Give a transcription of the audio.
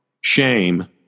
shame